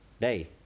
day